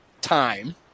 time